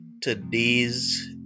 today's